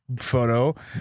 photo